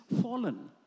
fallen